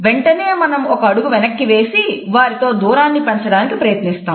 వెంటనే మనం ఒక అడుగు వెనక్కి వేసి వారితో దూరాన్ని పెంచడానికి ప్రయత్నిస్తాం